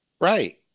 Right